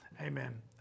amen